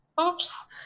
Oops